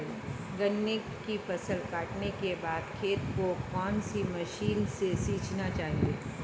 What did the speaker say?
गन्ने की फसल काटने के बाद खेत को कौन सी मशीन से सींचना चाहिये?